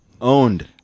Owned